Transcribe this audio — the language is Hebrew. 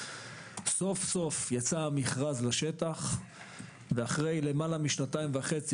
סוף-סוף יצא מכרז לשטח ואחרי למעלה משנתיים וחצי